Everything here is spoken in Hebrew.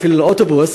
אפילו לאוטובוס.